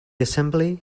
assembly